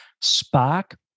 spark